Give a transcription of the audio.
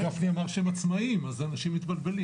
הרב גפני אמר שהם עצמאים, אז אנשים מתבלבלים.